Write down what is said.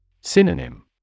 Synonym